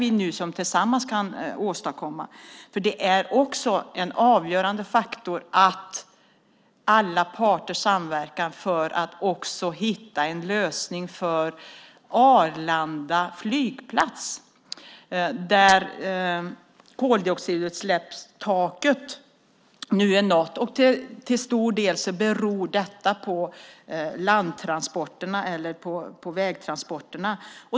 Det är nämligen också avgörande att alla parter samverkar för att hitta en lösning för Arlanda flygplats där koldioxidutsläppstaket nu är nått. Detta beror till stor del på vägtransporterna.